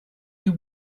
you